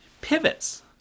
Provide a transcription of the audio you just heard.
pivots